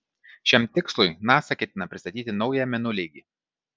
šiam tikslui nasa ketina pristatyti naują mėnuleigį